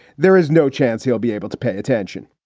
there is no chance he'll be able to pay attention